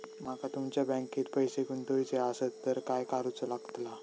माका तुमच्या बँकेत पैसे गुंतवूचे आसत तर काय कारुचा लगतला?